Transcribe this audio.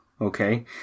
okay